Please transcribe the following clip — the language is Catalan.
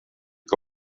que